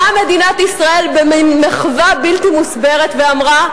באה מדינת ישראל במין מחווה בלתי מוסברת ואמרה: